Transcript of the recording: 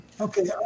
okay